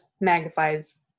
magnifies